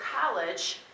college